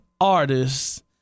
artists